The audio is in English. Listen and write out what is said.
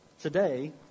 Today